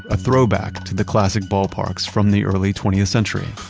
a throwback to the classic ballparks from the early twentieth century